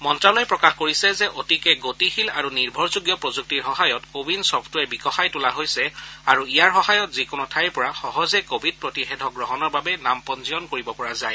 মন্ত্যালয়ে প্ৰকাশ কৰিছে যে অতিকে গতিশীল আৰু নিৰ্ভৰযোগ্য প্ৰযুক্তিৰ সহায়ত কোৱিন ছফটৱেৰ বিকশাই তোলা হৈছে আৰু ইয়াৰ সহায়ত যিকোনো ঠাইৰ পৰা সহজে কোৱিড প্ৰতিষেধক গ্ৰহণৰ বাবে নাম পঞ্জীয়ন কৰিব পৰা যায়